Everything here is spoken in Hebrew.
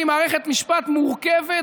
עם מערכת משפט מורכבת,